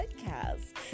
podcast